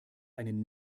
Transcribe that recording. einen